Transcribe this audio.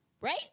Right